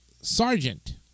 sergeant